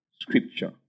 Scripture